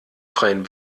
freien